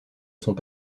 sont